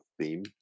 theme